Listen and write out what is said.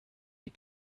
die